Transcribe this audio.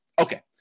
Okay